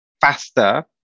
faster